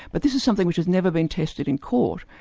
but this is something which has never been tested in court,